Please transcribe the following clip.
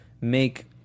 make